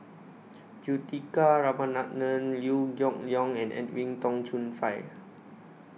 Juthika Ramanathan Liew Geok Leong and Edwin Tong Chun Fai